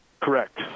Correct